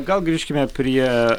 gal grįžkime prie